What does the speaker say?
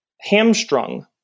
hamstrung